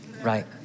right